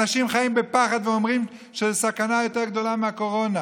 אנשים חיים בפחד ואומרים שזו סכנה יותר גדולה מהקורונה.